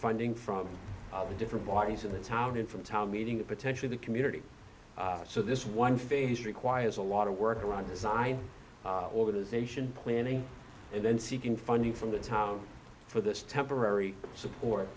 funding from the different bodies of the town in from town meeting it potentially the community so this one phase requires a lot of work around design organisation planning and then seeking funding from the town for this temporary support